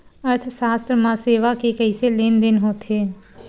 अर्थशास्त्र मा सेवा के कइसे लेनदेन होथे?